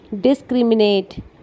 Discriminate